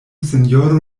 sinjoro